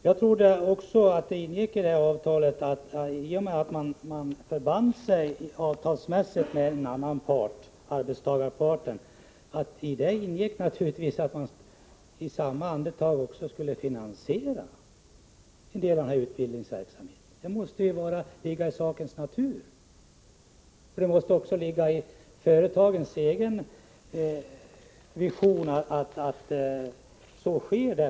Jag trodde att när man förband sig avtalsmässigt med arbetstagarparten så ingick i samma andetag också att man skulle finansiera denna utbildningsverksamhet. Det måste ju ligga i sakens natur, för det måste också ligga i företagens egen vision att så sker.